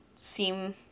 seem